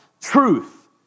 truth